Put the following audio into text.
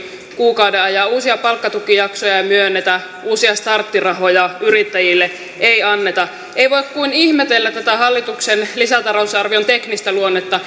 kuukauden ajan uusia palkkatukijaksoja ei myönnetä uusia starttirahoja yrittäjille ei anneta ei voi kuin ihmetellä tätä hallituksen lisätalousarvion teknistä luonnetta